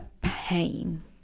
pain